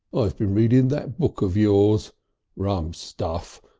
i have been reading that book of yours rum stuff.